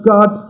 God